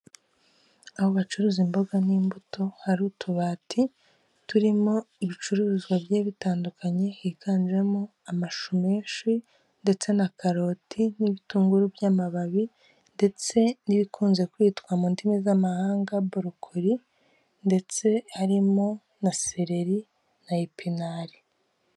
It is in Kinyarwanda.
Aho bacuruza imboga n'imbuto hari utubati turimo ibicuruzwa bigiye bitandukanye higanjemo amashu menshi ndetse na karoti n'ibitunguru by'amababi ndetse n'ibikunze kwitwa mu ndimi z'amahanga borokori ndetse harimo na seleri na epinari.